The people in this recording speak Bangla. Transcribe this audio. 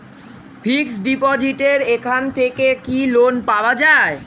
ফিক্স ডিপোজিটের এখান থেকে কি লোন পাওয়া যায়?